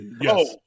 yes